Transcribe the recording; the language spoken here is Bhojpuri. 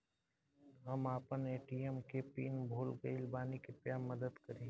हम आपन ए.टी.एम के पीन भूल गइल बानी कृपया मदद करी